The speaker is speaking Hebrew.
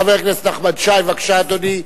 חבר הכנסת נחמן שי, בבקשה, אדוני.